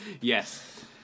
Yes